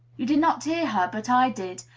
you did not hear her but i did,